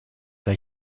que